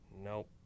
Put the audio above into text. Nope